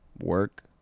work